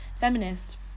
feminist